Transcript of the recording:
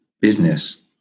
business